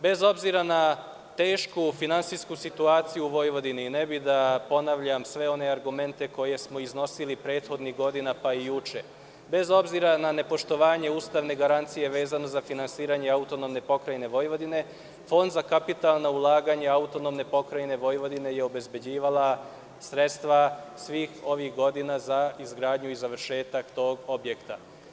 Bez obzira na tešku finansijsku situaciju u Vojvodini, ne bih da ponavljam sve one argumente koje smo iznosili prethodnih godina, pa i juče, bez obzira na nepoštovanje ustavne garancije, vezano za finansiranje AP Vojvodine, Fond za kapitalna ulaganja AP Vojvodine, je obezbeđivao sredstva svih ovih godina za izgradnju i završetak tog objekta.